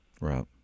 right